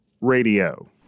Radio